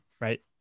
right